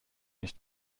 nicht